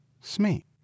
Smee